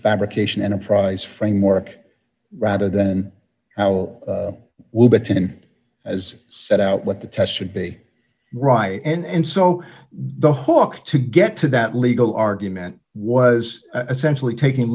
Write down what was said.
fabrication enterprise framework rather than our will button as set out what the test should be right and so the hook to get to that legal argument was essentially taking